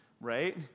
right